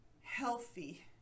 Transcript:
healthy